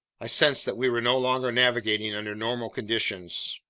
i sensed that we were no longer navigating under normal conditions.